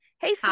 Hey